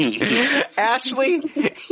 Ashley